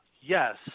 Yes